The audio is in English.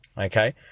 Okay